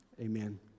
Amen